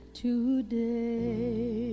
today